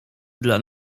dla